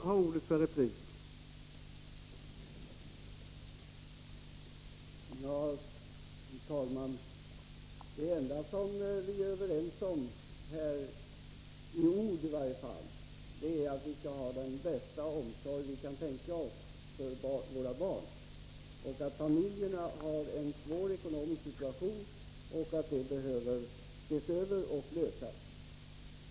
Herr talman! Det enda som vi är överens om — i varje fall i ord — är att vi skall ha den bästa omsorg som vi kan tänka oss för våra barn, att familjerna har en svår ekonomisk situation och att detta behöver ses över och lösas.